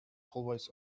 hallways